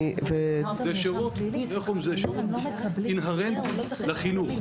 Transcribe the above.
זה שירות אינהרנטי לחינוך.